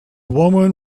woman